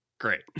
Great